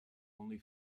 only